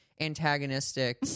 antagonistic